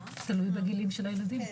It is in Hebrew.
כן.